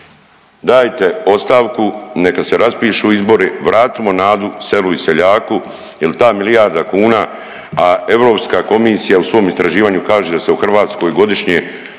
Dajte ostavku, neka se raspišu izbori, vratimo nadu, selu i seljaku jer ta milijarda kuna, a EU komisija u svom istraživanju kaže da se u Hrvatskoj godišnje